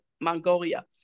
Mongolia